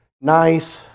nice